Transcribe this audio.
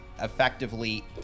effectively